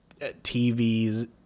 tv's